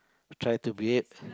try to behave